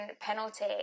penalty